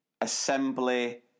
assembly